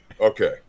Okay